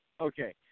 okay